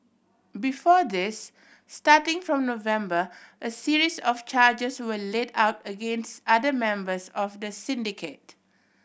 before this starting from November a series of charges were laid out against other members of the syndicate